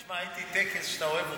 תשמע, הייתי בטקס שאתה אוהב אותו,